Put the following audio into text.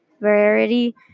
variety